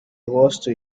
agosto